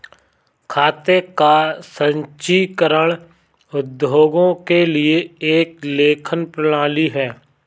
खाते का संचीकरण उद्योगों के लिए एक लेखन प्रणाली है